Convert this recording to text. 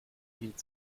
hielt